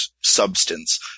substance